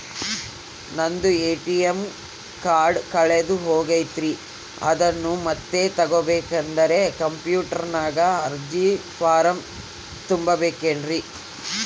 ನಂದು ATM card ಕಳೆದು ಹೋಗೈತ್ರಿ ಅದನ್ನು ಮತ್ತೆ ತಗೋಬೇಕಾದರೆ ಕಂಪ್ಯೂಟರ್ ನಾಗ ಅರ್ಜಿ ಫಾರಂ ತುಂಬಬೇಕನ್ರಿ?